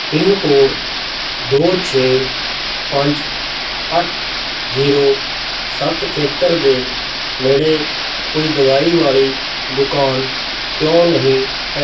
pin code ਦੋ ਛੇ ਪੰਜ ਅੱਠ ਜ਼ੀਰੋ ਸੱਤ ਖੇਤਰ ਦੇ ਨੇੜੇ ਕੋਈ ਦਵਾਈ ਵਾਲੀ ਦੁਕਾਨ ਕਿਉਂ ਨਹੀਂ ਹੈ